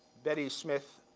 betty smith,